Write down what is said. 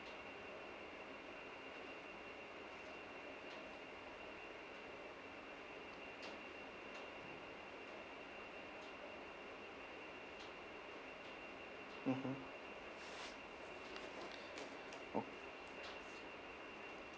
mmhmm okay